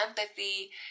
empathy